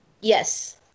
Yes